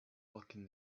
locking